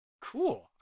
cool